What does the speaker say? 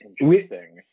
Interesting